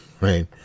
right